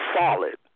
solid